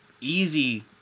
easy